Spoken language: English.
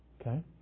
Okay